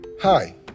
Hi